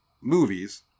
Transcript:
movies